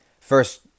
First